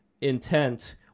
intent